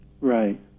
Right